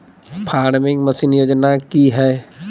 Farming machine योजना कि हैय?